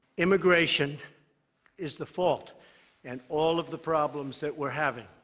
immigration is the fault and all of the problems that we're having,